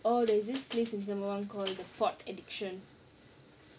orh there's this place in sembawang call the pot addiction